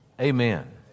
Amen